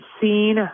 seen